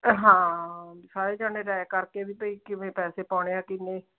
ਹਾਂ ਸਾਰੇ ਜਾਣੇ ਰਾਇ ਕਰਕੇ ਵੀ ਭਈ ਕਿਵੇਂ ਪੈਸੇ ਪਾਉਣੇ ਆ ਕਿੰਨੇ